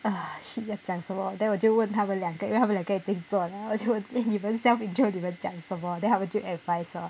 ah shit 要讲什么 then 我就问他们两个因为他们两个已经做了我就问 eh 你们 self intro 你们讲什么 then 他们就 advise lor